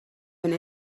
even